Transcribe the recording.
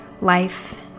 life